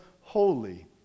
holy